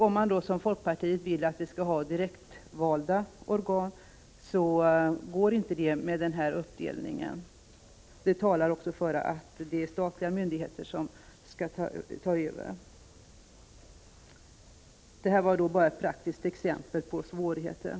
Om man som folkpartiet vill ha direktvalda organ, går detta inte med den här uppdelningen. Det talar också för att det är statliga myndigheter som skall ta över. Det här var bara ett — Prot. 1985/86:31 praktiskt exempel på svårigheter.